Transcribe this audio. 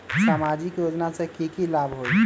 सामाजिक योजना से की की लाभ होई?